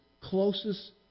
closest